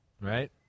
right